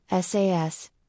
SAS